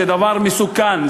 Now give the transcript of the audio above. זה דבר מסוכן,